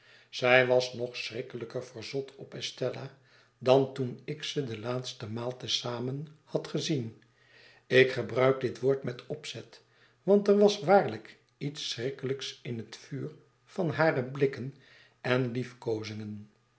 zij was nog schrikkelijker verzot op estella dan toen ik ze de laatste maal te zamen had gezien ik gebruik dit woord met opzet want er was waarlijk iets schrikkelijks in het vuur van hare blikken en liefkoozingen